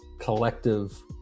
collective